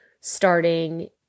starting